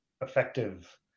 effective